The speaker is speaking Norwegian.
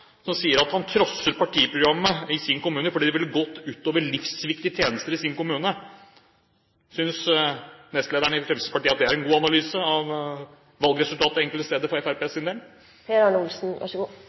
som sier at han trosser partiprogrammet i sin kommune, fordi det ville gått ut over livsviktige tjenester i kommunen. Synes nestlederen i Fremskrittspartiet at det er en god analyse av valgresultatet enkelte steder for